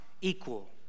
equal